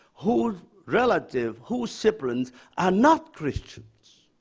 whose relative, whose siblings are not christians